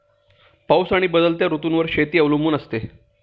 पाऊस आणि बदलत्या ऋतूंवर शेती अवलंबून असते